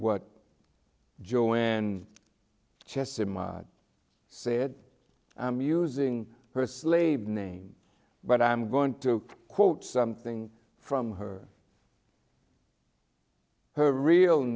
what joanne chesimard said i'm using her slave name but i'm going to quote something from her her real